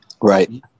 Right